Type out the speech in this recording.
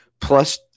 plus